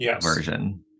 version